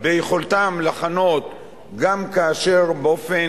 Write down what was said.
ביכולתם לחנות גם כאשר באופן